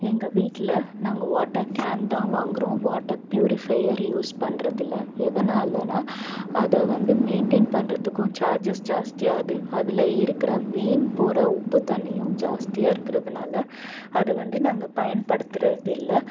எங்கள் வீட்டில் நாங்கள் வாட்டர் கேன் தான் வாங்குறோம் வாட்டர் ப்யூரிஃபையர் யூஸ் பண்ணுறதில்ல எதனாலனால் அதை வந்து மெயின்டெயின் பண்ணுறதுக்கும் சார்ஜஸ் ஜாஸ்தி ஆகுது அதில் இருக்கிற வீண் போகிற உப்பு தண்ணியும் ஜாஸ்தியாக இருக்கிறதுனால அதை வந்து நாங்கள் பயன்படுத்துகிறதில்ல